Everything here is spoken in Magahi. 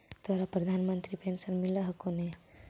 तोहरा प्रधानमंत्री पेन्शन मिल हको ने?